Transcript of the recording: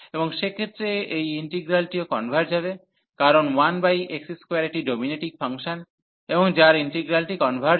এবং সেক্ষেত্রে এই ইন্টিগ্রালটিও কনভার্জ হবে কারণ 1x2 একটি ডোমিনেটিং ফাংশন এবং যার ইন্টিগ্রালটি কনভার্জ হয়